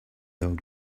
old